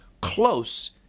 Close